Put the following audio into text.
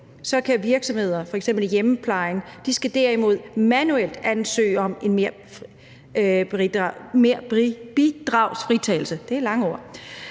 skal virksomheder, f.eks. i hjemmeplejen, derimod manuelt ansøge om en merbidragsfritagelse,